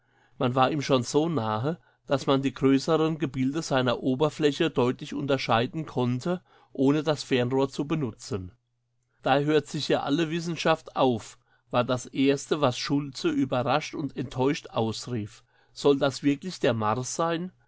man war ihm schon so nahe daß man die größeren gebilde seiner oberfläche deutlich unterscheiden konnte ohne das fernrohr zu benutzen da hört sich ja alle wissenschaft auf war das erste was schultze überrascht und enttäuscht ausrief soll das wirklich der mars sein